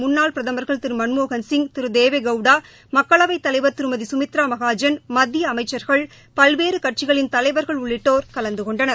முன்னாள் பிரதமர்கள் திரு மன்மோகன் சிங் திரு தேவே கவுடா மக்களவைத் தலைவர் திருமதி சுமித்ரா மகாஜன் மத்திய அமைச்கள் பல்வேறு கட்சிகளின் தலைவர்கள் உள்ளிட்டோர் கலந்து கொண்டனர்